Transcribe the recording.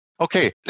Okay